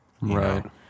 right